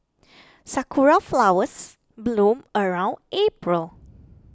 sakura flowers bloom around April